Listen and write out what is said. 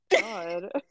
God